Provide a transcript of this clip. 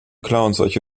klauenseuche